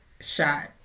shot